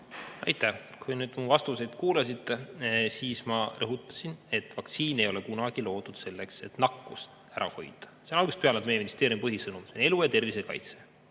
Aitäh! Kui te mu vastuseid kuulasite, siis ma rõhutasin, et vaktsiin ei ole kunagi loodud selleks, et nakkust ära hoida. See on algusest peale olnud meie ministeeriumi põhisõnum, see on elu ja tervise kaitse.